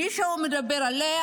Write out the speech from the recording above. מישהו מדבר עליה?